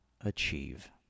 achieve